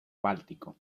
báltico